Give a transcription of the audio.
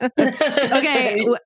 Okay